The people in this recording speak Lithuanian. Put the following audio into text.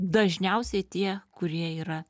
dažniausiai tie kurie yra